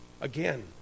Again